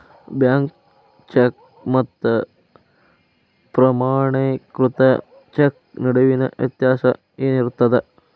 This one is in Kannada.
ಬ್ಯಾಂಕ್ ಚೆಕ್ ಮತ್ತ ಪ್ರಮಾಣೇಕೃತ ಚೆಕ್ ನಡುವಿನ್ ವ್ಯತ್ಯಾಸ ಏನಿರ್ತದ?